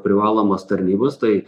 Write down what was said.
privalomos tarnybos tai